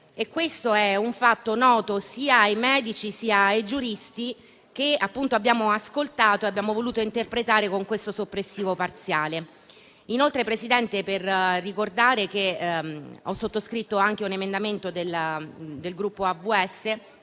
Questo è un fatto noto sia ai medici sia ai giuristi che abbiamo ascoltato e che abbiamo voluto interpretare con questo emendamento soppressivo parziale. Inoltre, signor Presidente, vorrei ricordare che ho sottoscritto anche un emendamento del Gruppo AVS